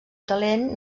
talent